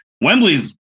Wembley's